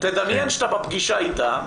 תדמיין שאתה בפגישה אתה.